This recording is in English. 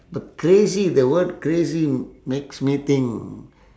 but crazy the word crazy makes me think